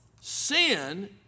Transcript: sin